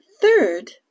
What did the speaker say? third